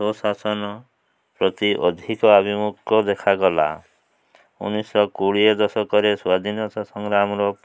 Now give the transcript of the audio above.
ସୁଶାସନ ପ୍ରତି ଅଧିକା ଆଭିମୁଖ୍ୟ ଦେଖାଗଲା ଉଣେଇଶିଶହ କୋଡ଼ିଏ ଦଶକରେ ସ୍ଵାଧୀନତା ସଂଗ୍ରାମର